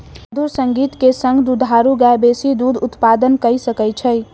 मधुर संगीत के संग दुधारू गाय बेसी दूध उत्पादन कअ सकै छै